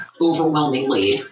overwhelmingly